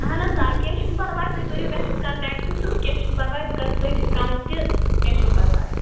اہن حظ آ کیٚنٛہہ چھُنہٕ پَرواے تُہۍ کٔرِو مےٚ سۭتۍ کَنٹیکٹ تہٕ کیٚنٛہہ چھُنہٕ پَرواے بہٕ کَرہو تۄہہِ ڈِسکاوُنٛٹ تہِ کیٚنٛہہ چھُنہٕ پَرواے